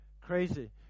crazy